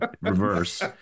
reverse